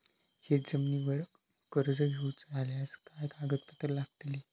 शेत जमिनीवर कर्ज घेऊचा झाल्यास काय कागदपत्र लागतली?